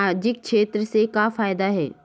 सामजिक क्षेत्र से का फ़ायदा हे?